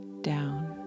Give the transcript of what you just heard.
down